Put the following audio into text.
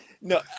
No